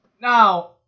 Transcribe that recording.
now